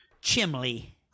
Chimley